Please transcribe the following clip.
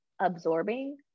absorbing